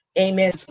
Amen